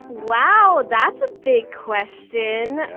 wow! that's a big question.